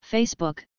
Facebook